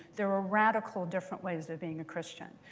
there were radical different ways of being a christian.